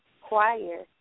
choir